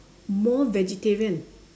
more vegetarian